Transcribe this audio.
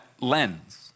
lens